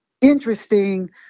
interesting